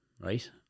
right